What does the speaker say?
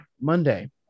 monday